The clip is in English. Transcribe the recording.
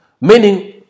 Meaning